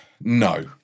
no